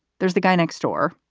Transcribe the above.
there's the guy next door.